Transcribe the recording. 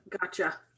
Gotcha